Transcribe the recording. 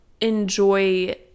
enjoy